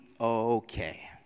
okay